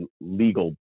legal